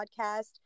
podcast